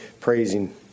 praising